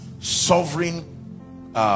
sovereign